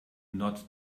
not